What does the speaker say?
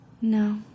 No